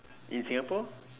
in singapore